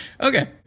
Okay